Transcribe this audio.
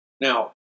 Now